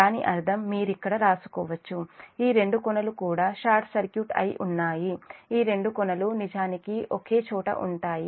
దాని అర్థము మీరిక్కడ రాసుకోవచ్చు ఈ రెండూ కొనలు కూడా షార్ట్ సర్క్యూట్ అయి ఉన్నాయి ఈ రెండు కొనలూ నిజానికి ఓకే చోట ఉంటాయి